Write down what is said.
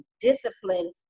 discipline